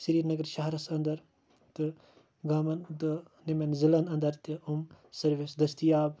سرینَگَر شَہرَس اَندَر تہٕ گامَن تہٕ دۄیمٮ۪ن ضلعن اَندَر تہِ سٔروِس دٔستِیاب